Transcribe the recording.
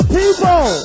people